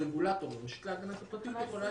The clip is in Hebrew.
הרגולטור או הרשות להגנת הפרטיות יכולה